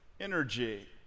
energy